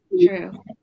True